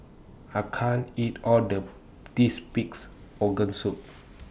I can't eat All of This Pig'S Organ Soup